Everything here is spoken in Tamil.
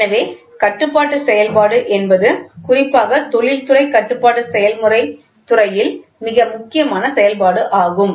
எனவே கட்டுப்பாட்டு செயல்பாடு என்பது குறிப்பாக தொழில்துறை கட்டுப்பாட்டு செயல்முறை துறையில் மிக முக்கியமான செயல்பாடாகும்